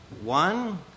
one